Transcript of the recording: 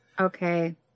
Okay